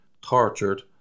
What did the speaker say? tortured